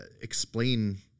explain